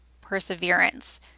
perseverance